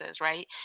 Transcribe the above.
right